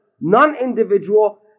non-individual